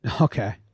Okay